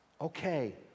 Okay